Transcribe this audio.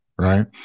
right